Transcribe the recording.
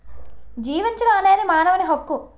జీవించడం అనేది మానవుని హక్కు